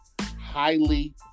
highly